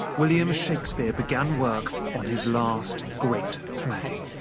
william shakespeare began work on his last, great play.